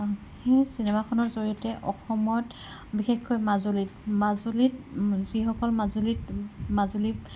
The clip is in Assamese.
সেই চিনেমাখনৰ জড়িয়তে অসমত বিশেষকৈ মাজুলীত মাজুলীত যিসকল মাজুলীত মাজুলীত